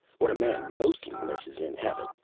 what a man mostly misses, in heaven,